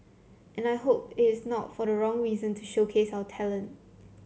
and I hope it is not for the wrong reason to showcase our talent